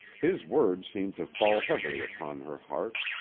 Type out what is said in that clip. his words seemed to fall heavily upon her heart.